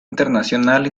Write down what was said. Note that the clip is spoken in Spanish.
internacional